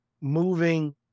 moving